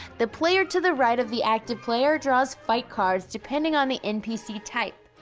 the player to the right of the active player draws fight cards depending on the npc type.